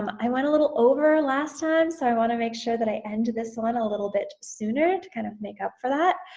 i went a little over last time. so i wanna make sure that i end this one a little bit sooner to kind of make up for that.